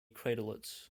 craterlets